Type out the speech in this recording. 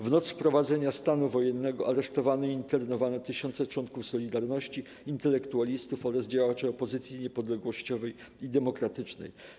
W noc wprowadzenia stanu wojennego aresztowano i internowano tysiące członków 'Solidarności', intelektualistów oraz działaczy opozycji niepodległościowej i demokratycznej.